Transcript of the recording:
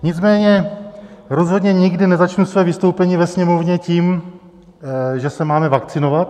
Nicméně rozhodně nikdy nezačnu své vystoupení ve Sněmovně tím, že se máme vakcinovat.